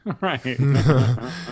right